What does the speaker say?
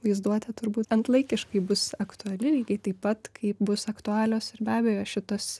vaizduotė turbūt antlaikiškai bus aktuali lygiai taip pat kaip bus aktualios ir be abejo šitos